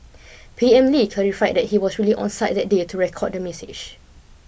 P M Lee clarified that he was really on site that day to record the message